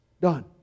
Done